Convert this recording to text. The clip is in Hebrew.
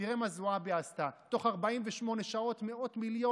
תראה מה זועבי עשתה, תוך 48 שעות, מאות מיליונים.